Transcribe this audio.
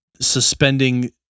suspending